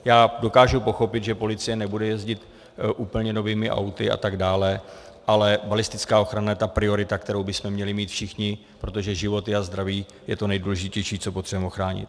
Já dokážu pochopit, že policie nebude jezdit úplně novými auty a tak dále, ale balistická ochrana je ta priorita, kterou bychom měli mít všichni, protože životy a zdraví je to nejdůležitější, co potřebujeme ochránit.